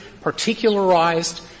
particularized